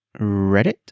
Reddit